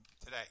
today